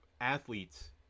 athletes